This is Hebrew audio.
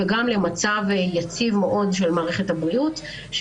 וגם למצב יציב מאוד של מערכת הבריאות,